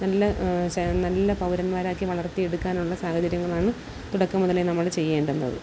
നല്ല നല്ല പൗരന്മാരാക്കി വളത്തിയെടുക്കാനുള്ള സാഹചര്യങ്ങളാണ് തുടക്കം മുതലേ നമ്മൾ ചെയ്യേണ്ടുന്നത്